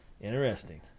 Interesting